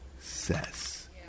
success